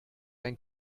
ein